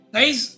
Guys